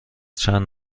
چند